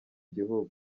gihugu